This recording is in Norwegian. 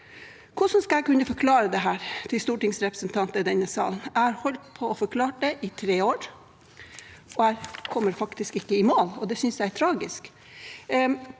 Hvordan skal jeg kunne forklare dette til stortingsrepresentanter i denne sal? Jeg har holdt på med å forklare det i tre år, jeg kommer faktisk ikke i mål, og det synes jeg er tragisk.